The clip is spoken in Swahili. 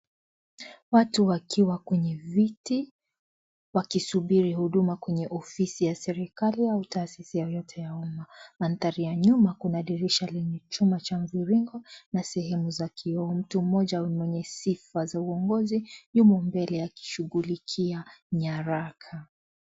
Watu wakiwa kwenye viti, wakisuburi huduma kwenye ofisi ya serikali au taasisi yoyote ya umma. Maandhari ya nyuma kuna dirisha lenye chuma ya mviringo na sehemu za kioo . Mtu mmoja mwenye sifa za uongozi yumo mbele akishughulikia nyaraka.